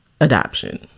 adoption